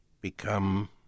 become